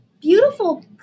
beautiful